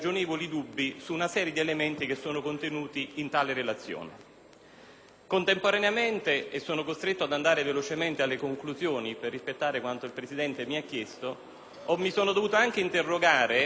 Contemporaneamente, e sono costretto ad andare velocemente alle conclusioni per rispettare quanto il Presidente mi ha chiesto, mi sono dovuto anche interrogare, essendo un ingegnere, su un problema di sostanza e non di forma.